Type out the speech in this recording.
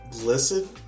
Listen